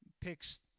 picks